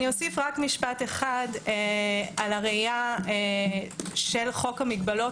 אוסיף משפט אחד על הראייה של חוק המגבלות